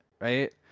right